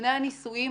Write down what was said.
לפני הנישואים